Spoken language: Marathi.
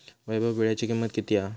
वैभव वीळ्याची किंमत किती हा?